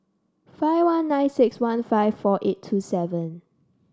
five one nine six one five four eight two seven